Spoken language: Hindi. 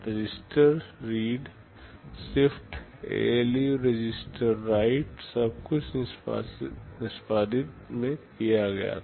register read shift ALU register write सब कुछ निष्पादित में किया गया था